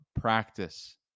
practice